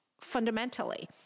fundamentally